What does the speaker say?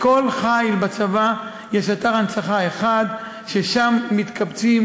לכל חיל בצבא יש אתר הנצחה אחד, ששם מתקבצים